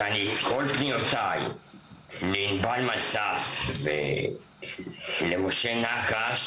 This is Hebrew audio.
וכל פניותיי לענבל משש ולמשה נקש